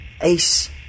Ace